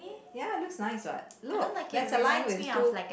ya it looks nice what look there's a line with two